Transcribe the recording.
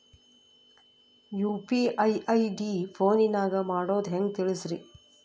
UPI ID ಫೋನಿನಾಗ ಮಾಡೋದು ಹೆಂಗ ತಿಳಿಸ್ರಿ?